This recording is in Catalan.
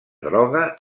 droga